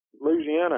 Louisiana